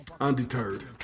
undeterred